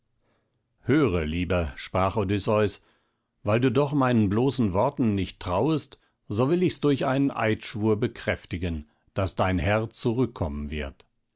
höre lieber sprach odysseus weil du doch meinen bloßen worten nicht trauest so will ich's durch einen eidschwur bekräftigen daß dein herr zurückkommen wird